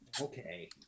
okay